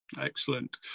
excellent